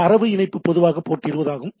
தரவு இணைப்பு பொதுவாக போர்ட் 20 ஆகும்